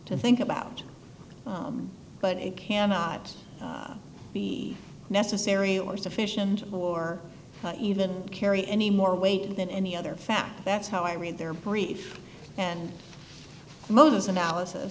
to think about but it cannot be necessary or sufficient or even carry any more weight than any other fact that's how i read their brief and mona's analysis